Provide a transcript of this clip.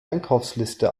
einkaufsliste